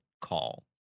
call